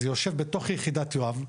זה יושב בתוך יחידת יואב,